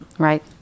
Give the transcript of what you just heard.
Right